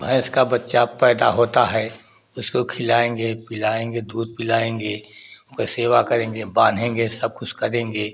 भैंस का बच्चा पैदा होता है उसको खिलाएंगे पिलाएंगे दूध पिलाएंगे उसका सेवा करेंगे बाँधेंगे सब कुछ करेंगे